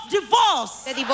divorce